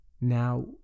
Now